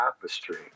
tapestry